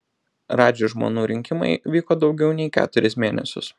radži žmonų rinkimai vyko daugiau nei keturis mėnesius